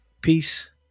Peace